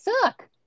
suck